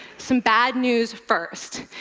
some bad news first.